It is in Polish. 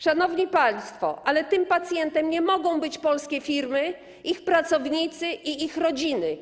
Szanowni państwo, tym pacjentem nie mogą być polskie firmy, ich pracownicy i ich rodziny.